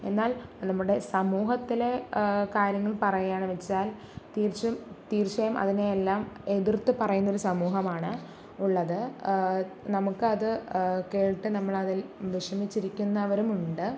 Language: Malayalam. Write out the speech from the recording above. എന്നാല് നമ്മുടെ സമൂഹത്തിലെ കാര്യങ്ങള് പറയുകയാണെന്ന് വെച്ചാൽ തീര്ച്ചും തീര്ച്ചയായും അതിനെ എല്ലാം എതിര്ത്ത് പറയുന്നൊരു സമൂഹമാണ് ഉള്ളത് നമുക്കത് കേട്ട് നമ്മളതില് വിഷമിച്ചിരിക്കുന്നവരും ഉണ്ട്